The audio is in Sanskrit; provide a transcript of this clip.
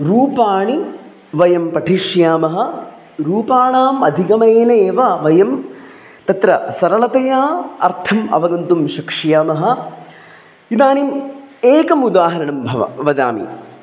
रूपाणि वयं पठिष्यामः रूपाणाम् अधिगमनेन एव वयं तत्र सरलतया अर्थम् अवगन्तुं शक्ष्यामः इदानीम् एकमुदाहरणं भवति वदामि